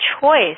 choice